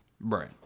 Right